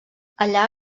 allà